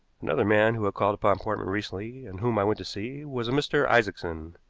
another man who had called upon portman recently, and whom i went to see, was a mr. isaacson.